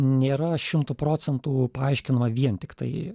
nėra šimtu procentų paaiškinama vien tiktai